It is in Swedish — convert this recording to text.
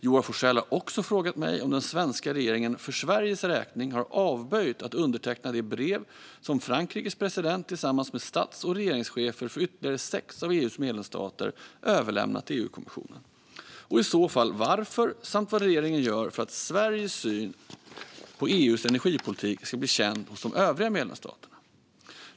Joar Forssell har också frågat mig om den svenska regeringen för Sveriges räkning har avböjt att underteckna det brev som Frankrikes president tillsammans med stats och regeringschefer i ytterligare sex av EU:s medlemsstater överlämnat till EU-kommissionen, och i så fall varför, samt vad regeringen gör för att Sveriges syn på EU:s energipolitik ska bli känd hos de övriga medlemsstaterna.